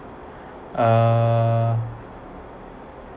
uh